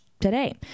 today